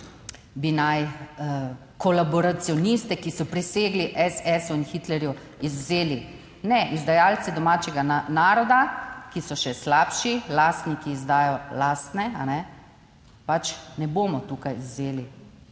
bi naj kolaboracioniste, ki so presegli SS in Hitlerju izvzeli, ne izdajalci domačega naroda, ki so še slabši, lastni, ki izdajajo lastne pač ne bomo tukaj vzeli